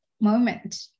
moment